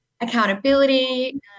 accountability